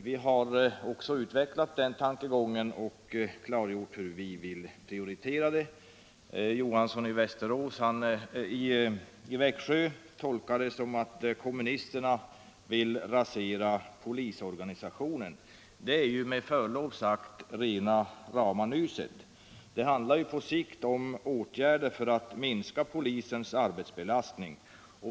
Vi har också utvecklat den tankegången och klargjort hur vi vill prioritera. Herr Johansson i Växjö tolkar detta som att kommunisterna vill rasera polisorganisationen. Det är med förlov sagt rena rama nyset. Det handlar på sikt om åtgärder för att minska polisens arbetsbelastning.